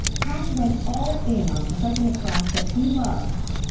tommy went all in on protecting the craft that he loves.